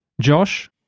Josh